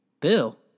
Bill